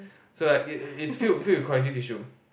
so like it it's it's filled connective tissue